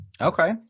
okay